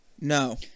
No